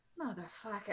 motherfucker